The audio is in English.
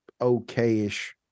okay-ish